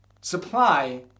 supply